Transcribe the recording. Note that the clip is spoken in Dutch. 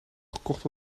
gekocht